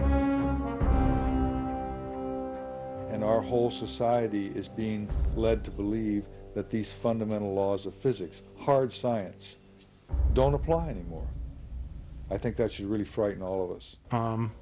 here and our whole society is being led to believe that these fundamental laws of physics hard science don't apply anymore i think that she really frightened all of us